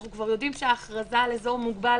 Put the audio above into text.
אנחנו כבר יודעים שההכרזה על אזור מוגבל